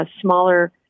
smaller